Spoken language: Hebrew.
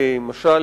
למשל,